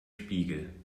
spiegel